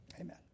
Amen